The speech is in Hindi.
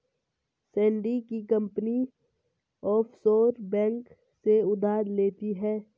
सैंडी की कंपनी ऑफशोर बैंक से उधार लेती है